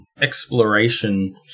exploration